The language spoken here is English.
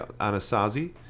Anasazi